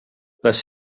les